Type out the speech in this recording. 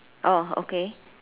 oh okay